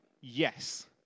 yes